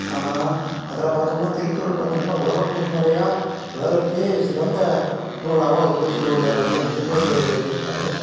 ஆனால் அதில் பார்த்தோம்னா திருக்குறள் பார்த்தோம்னா உலகப்பொதுமறையாக உலகிற்கே சிறந்த நூலாகவும் இருக்குது திருவள்ளுவர் ஐயன் திருவள்ளுவர் எழுதியிருக்குறாரு